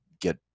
get